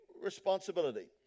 responsibility